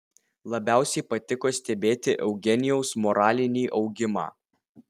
labiausiai patiko stebėti eugenijaus moralinį augimą